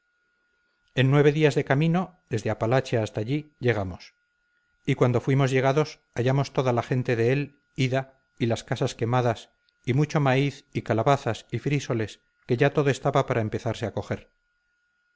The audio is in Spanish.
en nueve días de camino desde apalache hasta allí llegamos y cuando fuimos llegados hallamos toda la gente de él ida y las casas quemadas y mucho maíz y calabazas y frísoles que ya todo estaba para empezarse a coger